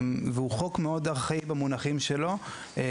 החוק הוא חוק מאוד ארכאי במונחים שלו.